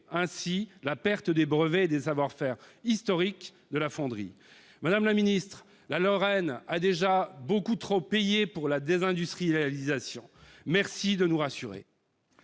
ainsi la perte des brevets et des savoir-faire historiques de la fonderie. La Lorraine a déjà beaucoup trop payé pour la désindustrialisation. Merci de nous rassurer